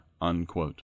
unquote